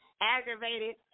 aggravated